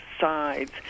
sides